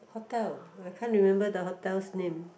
hotel I can't remember the hotel's name